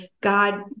God